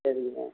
சரிங்க